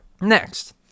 Next